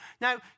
Now